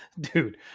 Dude